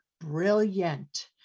brilliant